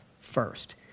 first